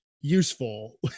useful